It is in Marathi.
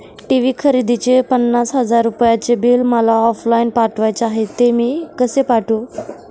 टी.वी खरेदीचे पन्नास हजार रुपयांचे बिल मला ऑफलाईन पाठवायचे आहे, ते मी कसे पाठवू?